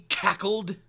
cackled